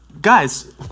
Guys